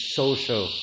social